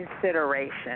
consideration